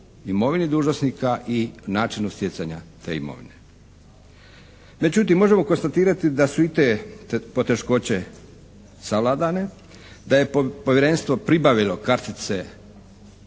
imovini dužnosnika i načinu stjecanja te imovine. Međutim, možemo konstatirati da su i te poteškoće savladane, da je Povjerenstvo pribavilo kartice